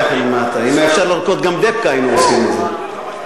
אם אפשר היה לרקוד גם "דבקה", היינו עושים את זה.